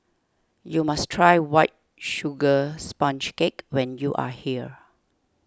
you must try White Sugar Sponge Cake when you are here